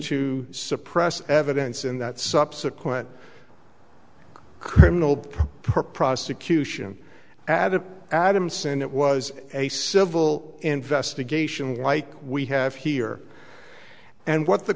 to suppress evidence in that subsequent criminal prosecution added adamson it was a civil investigation like we have here and what the